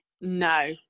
No